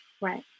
Right